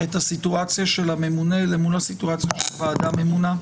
את הסיטואציה של הממונה למול הסיטואציה של ועדה ממונה.